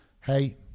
hey